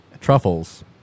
Truffles